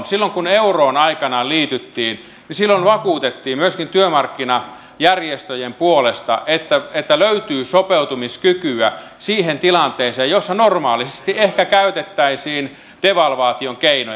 silloin kun euroon aikoinaan liityttiin vakuutettiin myöskin työmarkkinajärjestöjen puolesta että löytyy sopeutumiskykyä siihen tilanteeseen jossa normaalisti ehkä käytettäisiin devalvaation keinoja